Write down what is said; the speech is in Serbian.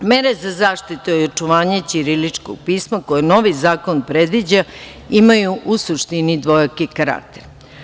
Mere za zaštitu i očuvanje ćiriličkog pisma, koje novi zakon predviđa, imaju u suštini dvojaki karakter.